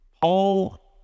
Paul